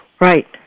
Right